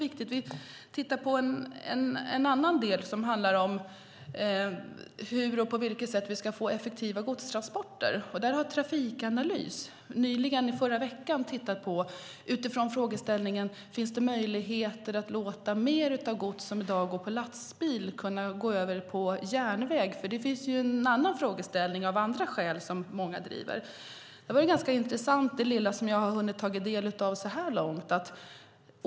Vi tittar på en annan del som handlar om hur vi ska få effektiva godstransporter. Trafikanalys tittade på det i förra veckan utifrån frågeställningen: Finns det möjligheter att låta mer gods som i dag går med lastbil gå på järnväg? Det är ju en annan frågeställning, av andra skäl, som många driver. Det lilla som jag har hunnit ta del av så här långt är ganska intressant.